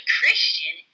Christian